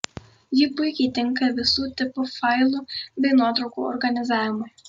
ji puikiai tinka visų tipų failų bei nuotraukų organizavimui